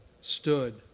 stood